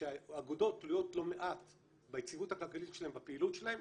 שהאגודות תלויות לא מעט ביציבות הכלכלית שלהם ובפעילות שלהם,